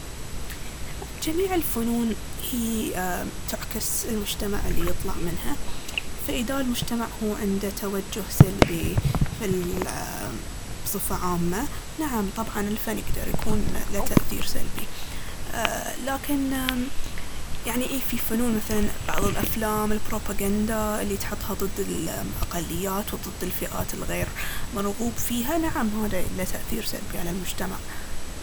جميع الفنون هي أمم تعكس المجتمع اللي يطلع منها. فإذا المجتمع هو عنده توجه سلبي في أمم بصفة عامة، نعم الفن يقدر يكون له تأثير سلبي. أ- لكن أمم يعني إي في فنون مثلاً بعض الأفلام البروباغاندا اللي تحطها ضد الأقليات وضد الفئات الغير مرغوب فيها، نعم هذا له تأثير سلبي على المجتمع.